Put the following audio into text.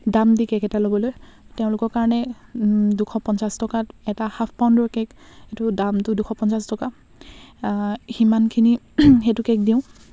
দাম দি কে'ক এটা ল'বলৈ তেওঁলোকৰ কাৰণে দুশ পঞ্চাছ টকাত এটা হাফ পাউণ্ডৰ কে'ক এইটো দামটো দুশ পঞ্চাছ টকা সিমানখিনি সেইটো কে'ক দিওঁ